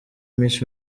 miss